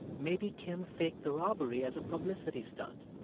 maybe kim faked the robbery as a publicity stunt.